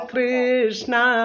Krishna